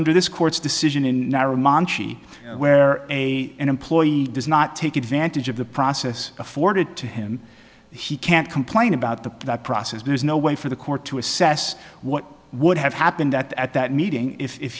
under this court's decision in manci where a employee does not take advantage of the process afforded to him he can't complain about the process there's no way for the court to assess what would have happened that at that meeting if